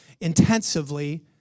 intensively